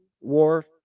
war